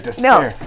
No